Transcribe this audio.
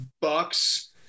Bucks